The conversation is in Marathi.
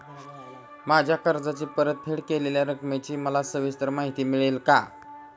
माझ्या कर्जाची परतफेड केलेल्या रकमेची मला सविस्तर माहिती मिळेल का?